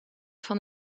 van